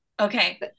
Okay